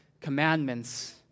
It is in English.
commandments